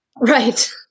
Right